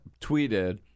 tweeted